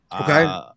Okay